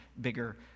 bigger